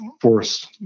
force